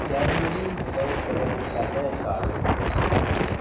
ते त्यारी जेह्ड़ी होंदी ते ओह् बड़े दिन पैह्लें गै स्टार्ट होई जंदी शुरू होई जंदी